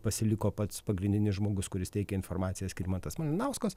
pasiliko pats pagrindinis žmogus kuris teikia informaciją skirmantas malinauskas